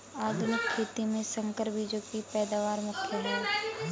आधुनिक खेती में संकर बीजों की पैदावार मुख्य हैं